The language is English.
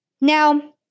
Now